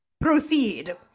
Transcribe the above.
proceed